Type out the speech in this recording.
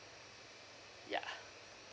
yeah